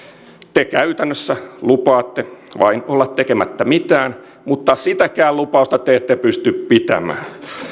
te käytännössä lupaatte vain olla tekemättä mitään mutta sitäkään lupausta te ette pysty pitämään